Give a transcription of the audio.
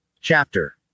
chapter